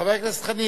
חבר הכנסת חנין,